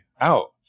out